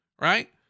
right